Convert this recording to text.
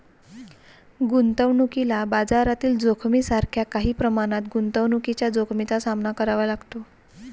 गुंतवणुकीला बाजारातील जोखमीसारख्या काही प्रमाणात गुंतवणुकीच्या जोखमीचा सामना करावा लागतो